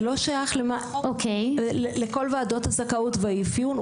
זה לא שייך לכל ועדות הזכאות והאפיון,